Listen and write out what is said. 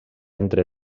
entre